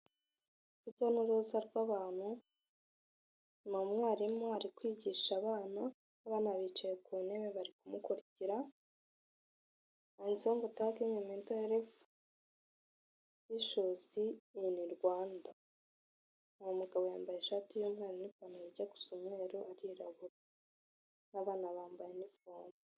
Urujya n'uruza rw'abantu na mwarimu ari kwigisha abana, abana bicaye ku ntebe bari kumukurikira handitseho ngo tekingi mento herifu ishuzi ini Rwanda. uwo mugabo yambaye ishati y'umweru n'ipantaro ijya gusa umukara, arirabura n'abana bambaye inifomu.